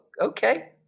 okay